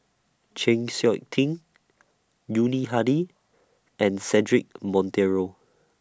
Chng Seok Tin Yuni Hadi and Cedric Monteiro